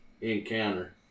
encounter